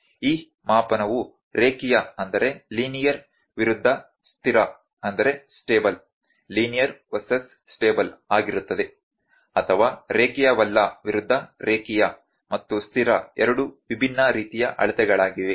ಈ ಮಾಪನವು ರೇಖೀಯ ವಿರುದ್ಧ ಸ್ಥಿರ ಆಗಿರುತ್ತದೆ ಅಥವಾ ರೇಖೀಯವಲ್ಲ ವಿರುದ್ಧ ರೇಖೀಯ ಮತ್ತು ಸ್ಥಿರ ಎರಡು ವಿಭಿನ್ನ ರೀತಿಯ ಅಳತೆಗಳಾಗಿವೆ